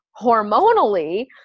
hormonally